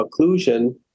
occlusion